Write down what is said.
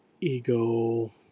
ego